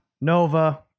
Nova